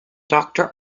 doctor